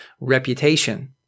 reputation